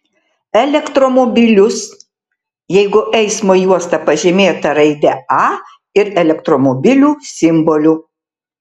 elektromobilius jeigu eismo juosta pažymėta raide a ir elektromobilių simboliu